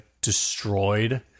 destroyed